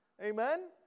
Amen